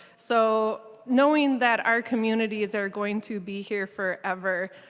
so knowing that our communities are going to be here forever